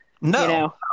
no